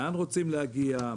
לאן רוצים להגיע,